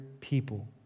people